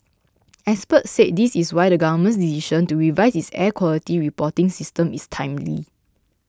experts said this is why the Government's decision to revise its air quality reporting system is timely